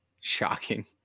shocking